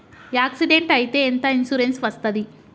Accident అయితే ఎంత insurance వస్తది?